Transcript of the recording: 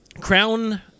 Crown